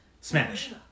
Smash